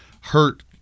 hurt